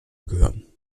gehören